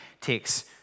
takes